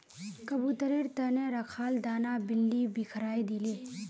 कबूतरेर त न रखाल दाना बिल्ली बिखरइ दिले